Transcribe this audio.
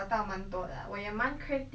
okay ah 我觉得 dim sum